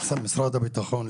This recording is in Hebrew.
למשרד הביטחון,